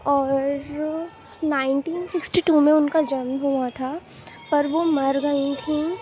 اور nineteen sixty two میں ان کا جنم ہوا تھا پر وہ مر گئی تھیں